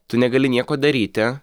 tu negali nieko daryti